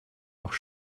noch